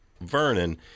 Vernon